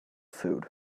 food